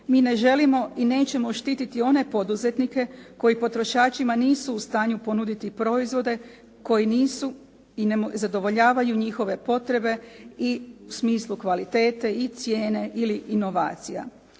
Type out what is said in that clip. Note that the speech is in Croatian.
Mi ne želimo i nećemo štititi one poduzetnike koji potrošačima nisu u stanju ponuditi proizvode koji nisu i ne zadovoljavaju njihove potrebe i u smislu kvalitete i cijene ili inovacija.